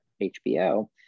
hbo